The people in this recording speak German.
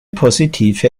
positive